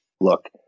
look